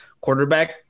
quarterback